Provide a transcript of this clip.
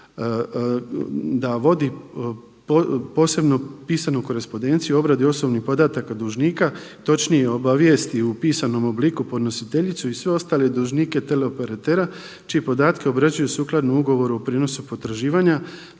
da vodi posebnu pisanu korespondenciju o obradi osobnih podataka dužnika, točnije obavijesti u pisanom obliku podnositeljicu i sve ostale dužnike teleoperatera čije podatke obrađuje sukladno ugovoru o prijenosu potraživanja,